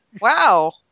Wow